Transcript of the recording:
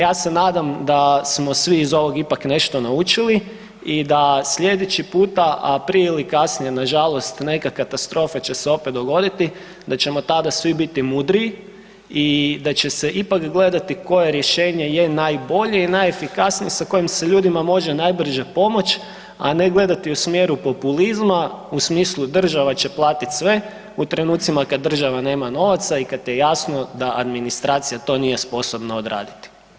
Ja se nadam da smo svi iz ovog ipak nešto naučili i da sljedeći puta, a prije ili kasnije, nažalost neka katastrofa će se opet dogoditi, da ćemo tada svi biti mudriji i da će se ipak gledati koje rješenje je najbolje i najefikasnije, sa kojim se ljudima može najbrže pomoći, a ne gledati u smjeru populizma, u smislu, država će platiti sve, u trenucima kad država nema novaca i kad je jasno da administracija to nije sposobna odraditi.